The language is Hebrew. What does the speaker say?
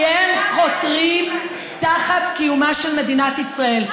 כי הם חותרים תחת קיומה של מדינת ישראל.